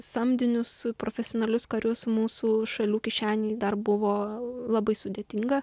samdinius profesionalius karius mūsų šalių kišenei dar buvo labai sudėtinga